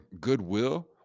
goodwill